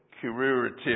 curative